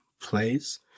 plays